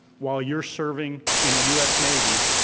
while you're serving in the us navy,